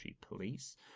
police